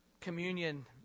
communion